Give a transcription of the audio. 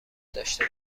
داشته